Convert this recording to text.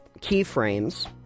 keyframes